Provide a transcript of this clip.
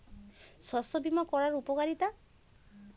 শস্য বিমা করার উপকারীতা?